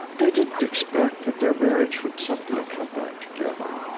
they didn't expect that their marriage would suddenly come back together.